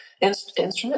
Instrument